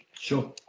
Sure